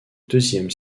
deuxième